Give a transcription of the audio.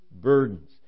burdens